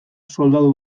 soldadu